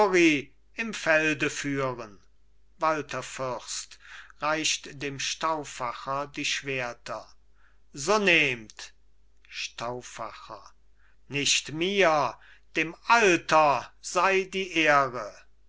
im felde führen walther fürst reicht dem stauffacher die schwerter so nehmt stauffacher nicht mir dem alter sei die ehre